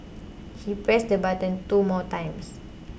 he pressed the button two more times